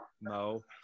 No